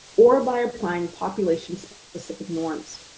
or by applying population-specific norms.